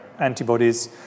antibodies